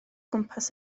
gwmpas